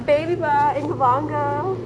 baby மா இங்க வாங்க:maa inge vaanga